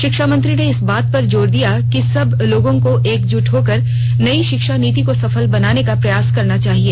शिक्षा मंत्री ने इस बात पर जोर दिया कि सब लोगों को एकजुट होकर नई शिक्षा नीति को सफल बनाने का प्रयास करना चाहिए